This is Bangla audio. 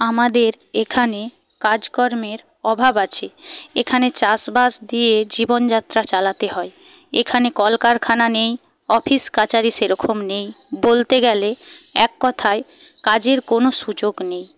আমাদের এখানে কাজকর্মের অভাব আছে এখানে চাষবাস দিয়ে জীবনযাত্রা চালাতে হয় এখানে কলকারখানা নেই অফিস কাছারি সেরকম নেই বলতে গেলে এককথায় কাজের কোনো সুযোগ নেই